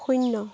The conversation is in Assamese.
শূন্য